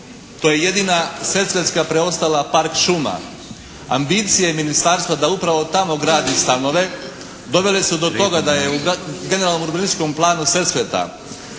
to je jedina sesvetska preostala park šuma, ambicije ministarstva da upravo tamo gradi stanove dovele su do toga da je u generalnom urbanističkom planu Sesveta